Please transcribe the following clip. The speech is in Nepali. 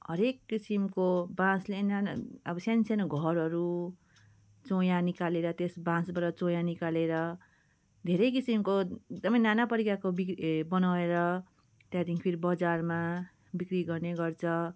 हरेक किसिमको बाँसले नै अब सानो सानो घरहरू चोया निकालेर त्यस बाँसबाट चोया निकालेर धेरै किसिमको एकदमै नाना परिकारको बिक्री ए बनाएर त्यहाँदेखि फेरि बजारमा बिक्री गर्ने गर्छ